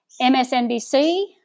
MSNBC